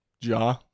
Ja